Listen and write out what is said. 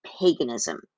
paganism